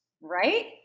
Right